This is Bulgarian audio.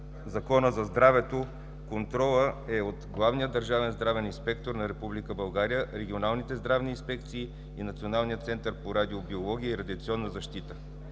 Закона за здравето контролът е от главния държавен здравен инспектор на Република България, регионалните здравни инспекции и Националния център по радиобиология и радиационна защита,